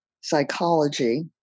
psychology